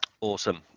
awesome